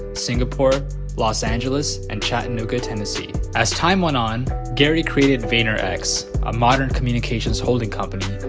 singapore los angeles, and chattanooga, tennessee. as time went on gary created vayner x, a modern communications holding company,